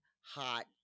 hot